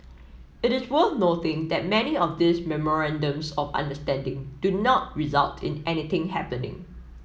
it is worth noting that many of these memorandums of understanding do not result in anything happening